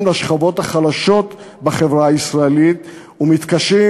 לשכבות החלשות בחברה הישראלית ומתקשים,